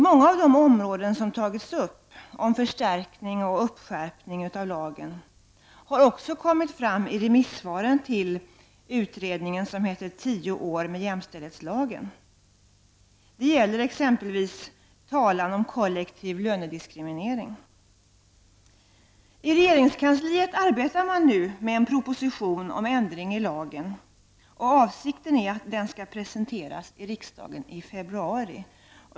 Många av de områden som tagits upp om förstärkning och uppskärpning av lagen har också kommit fram i remissvaren till utredningen ''Tio år med jämställdhetslagen''. Det gäller t.ex. frågan om kollektiv lönediskriminering. I regeringskansliet arbetar man nu med en proposition om ändring i lagen, och avsikten är att denna proposition skall presenteras för riksdagen i februari.